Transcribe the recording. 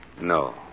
No